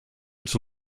its